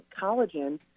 collagen